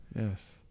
yes